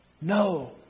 No